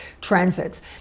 transits